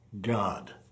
God